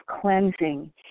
cleansing